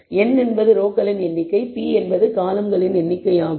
n என்பது ரோக்களின் எண்ணிக்கை p என்பது காலம்களின் எண்ணிக்கை ஆகும்